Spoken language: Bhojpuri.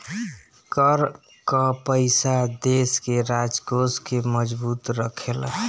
कर कअ पईसा देस के राजकोष के मजबूत रखेला